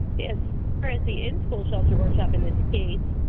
as far as the in-school sheltered workshop in the state,